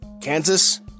Kansas